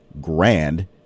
grand